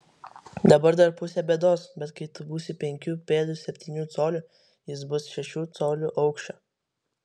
dabar dar pusė bėdos bet kai tu būsi penkių pėdų septynių colių jis bus šešių colių aukščio